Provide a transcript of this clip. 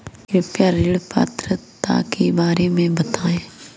कृपया ऋण पात्रता के बारे में बताएँ?